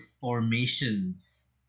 formations